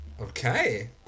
Okay